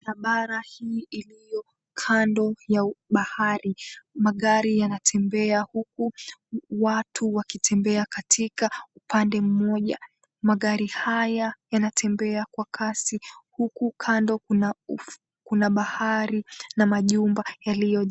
Barabara hii iliyo kando ya bahari magari yanatembea huku watu wakitembea katika upande mmoja magari haya yanatembea kwa kasi huku kando kuna bahari na majumba yaliyojengwa